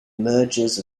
mergers